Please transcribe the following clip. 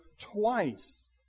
twice